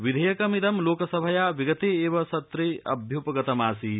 विधेयकमिद लोकसभाया विगते एव सत्रे अभ्यूपगतमासीत्